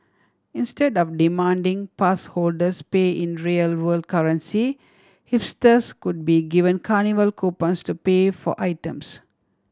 instead of demanding pass holders pay in real world currency hipsters could be given carnival coupons to pay for items